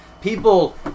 people